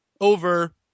over